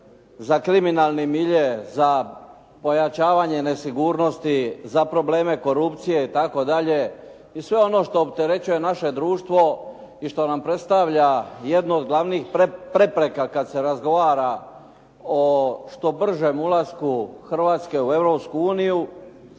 za kriminalni milje, za pojačavanje nesigurnosti, za probleme korupcije itd. i sve ono što opterećuje naše društvo i što nam predstavlja jedno od glavnih prepreka kada se razgovara o što bržem ulasku Hrvatske u